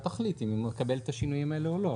תחליט אם היא מקבלת את השינויים האלה או לא.